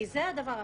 כי זה הדבר החשוב.